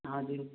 हाँ जी